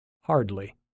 Hardly